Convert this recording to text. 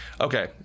Okay